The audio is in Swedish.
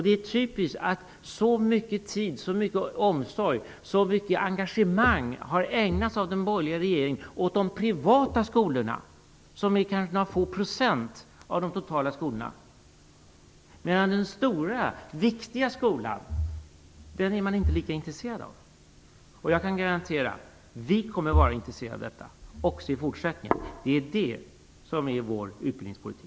Det är typiskt att den borgerliga regeringen har ägnat så mycket tid, så mycket omsorg och så mycket engagemang åt de privata skolorna som kanske utgör några få procent av det totala antalet skolor. Den stora viktiga skolan är man inte lika intresserad av. Jag kan garantera att vi kommer att vara intresserade av den, också i fortsättningen. Det är det som är vår utbildningspolitik.